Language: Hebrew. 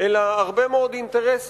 אלא גם הרבה מאוד אינטרסים,